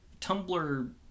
Tumblr